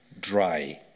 dry